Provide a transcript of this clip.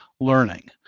learning